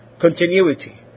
continuity